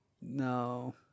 No